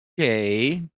Okay